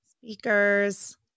Speakers